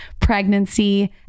pregnancy